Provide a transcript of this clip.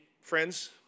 friends